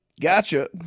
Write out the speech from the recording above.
Gotcha